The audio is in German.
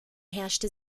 herrschte